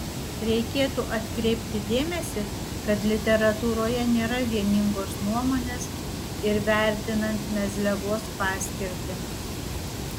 reikėtų atkreipti dėmesį kad literatūroje nėra vieningos nuomonės ir vertinant mezliavos paskirtį